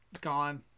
gone